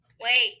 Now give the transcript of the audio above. Wait